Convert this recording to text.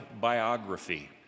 biography